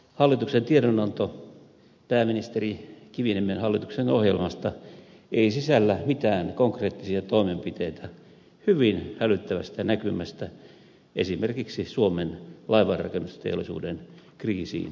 hallituksen tiedonanto pääministeri kiviniemen hallituksen ohjelmasta ei sisällä mitään konkreettisia toimenpiteitä hyvin hälyttävästä näkymästä esimerkiksi suomen laivanrakennusteollisuuden kriisiin varautumiseksi